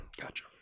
Gotcha